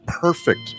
perfect